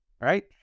right